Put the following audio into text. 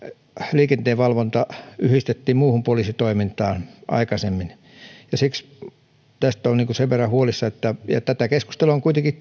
liikenteenvalvonta yhdistettiin aikaisemmin muuhun poliisitoimintaan siksi olen tästä sen verran huolissani ja tätä keskustelua on kuitenkin